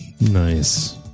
Nice